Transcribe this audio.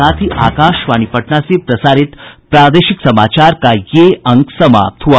इसके साथ ही आकाशवाणी पटना से प्रसारित प्रादेशिक समाचार का ये अंक समाप्त हुआ